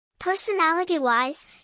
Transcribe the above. Personality-wise